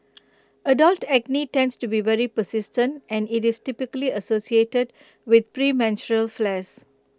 adult acne tends to be very persistent and IT is typically associated with premenstrual flares